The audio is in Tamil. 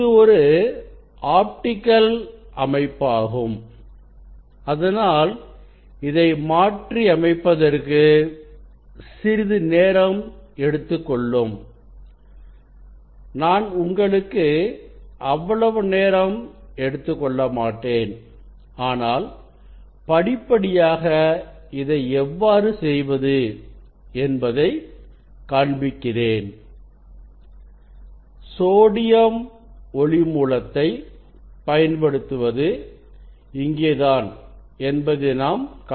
இது ஒரு ஆப்டிகல் அமைப்பாகும் அதனால் இதை மாற்றியமைப்பதற்கு சிறிது நேரம் எடுத்துக்கொள்ளும் நான் உங்களுக்கு அவ்வளவு நேரம் எடுத்துக்கொள்ள மாட்டேன் ஆனால் படிப்படியாக இதை எவ்வாறு செய்வது என்பதை காண்பிக்கிறேன் சோடியம் மூலத்தைப் பயன்படுத்துவது இங்கே தான் என்பதை நாம் காணலாம்